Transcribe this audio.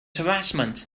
harassment